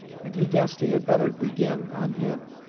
and he guessed he had better begin on him.